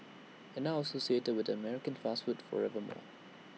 and now associated with an American fast food forever more